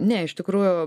ne iš tikrųjų